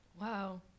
Wow